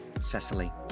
Cecily